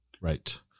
Right